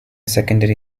secondary